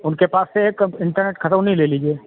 उनके पास से एक इंटरनेट खतौनी ले लीजिए